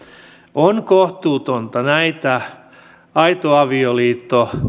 on kohtuutonta näitä aito avioliitto